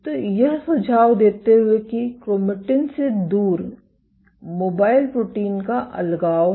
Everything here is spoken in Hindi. तो यह सुझाव देते हुए कि क्रोमेटिन से दूर मोबाइल प्रोटीन का अलगाव है